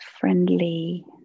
friendly